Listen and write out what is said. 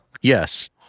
Yes